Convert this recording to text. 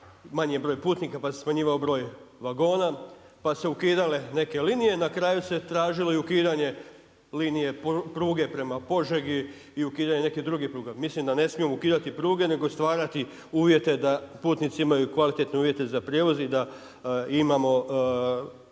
manji broj putnika, pa se smanjivao broj vagona, pa su se ukidale neke linije. Na kraju se tražilo i ukidanje linije pruge prema Požegi i ukidanje nekih drugih pruga. Mislim da ne smijemo ukidati pruge nego stvarati uvjete da putnici imaju kvalitetne uvjete za prijevoz i da imamo